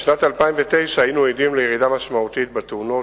בשנת 2009 היינו עדים לירידה משמעותית בתאונות